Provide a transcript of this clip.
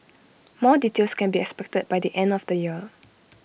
more details can be expected by the end of the year